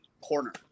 corner